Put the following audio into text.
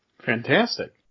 Fantastic